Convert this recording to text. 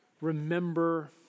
remember